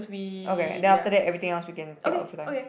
okay then after that everything else we can take our free time